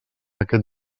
aquest